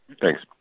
Thanks